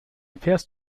fährst